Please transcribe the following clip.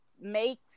make